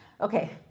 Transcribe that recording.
Okay